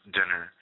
Dinner